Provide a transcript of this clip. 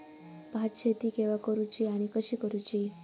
भात शेती केवा करूची आणि कशी करुची?